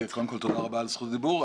גברתי, קודם כל תודה רבה על זכות הדיבור.